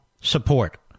support